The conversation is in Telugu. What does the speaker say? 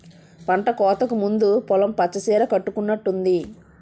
పంటకోతకు ముందు పొలం పచ్చ సీర కట్టుకునట్టుంది